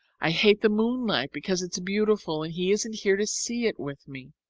i hate the moonlight because it's beautiful and he isn't here to see it with me.